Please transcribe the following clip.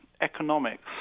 economics